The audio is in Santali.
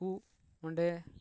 ᱩᱱᱠᱩ ᱚᱸᱰᱮ